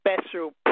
special